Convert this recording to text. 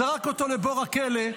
זרק אותו לבור הכלא.